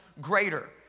greater